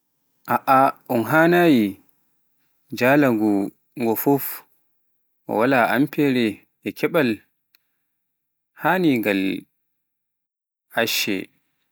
Aa ɗum haanaani njulaagu nguu fof o walaa ampere e keeɓal haanii ngal acce.